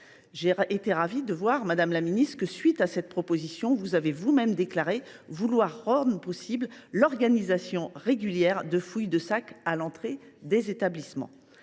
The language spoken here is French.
été ravie de constater, madame la ministre, que, à la suite de cette proposition, vous aviez vous même déclaré vouloir rendre possible l’organisation régulière de fouilles de sac à l’entrée des établissements.